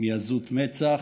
מעזות מצח,